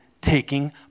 taking